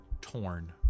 torn